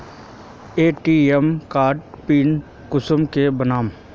ATM कार्डेर pin कुंसम के बनाम?